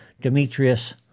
Demetrius